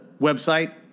website